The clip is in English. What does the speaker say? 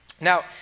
Now